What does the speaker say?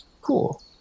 cool